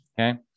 Okay